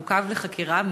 מעוכב לחקירה,